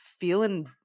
feeling